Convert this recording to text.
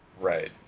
Right